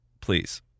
Please